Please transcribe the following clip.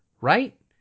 Right